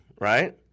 right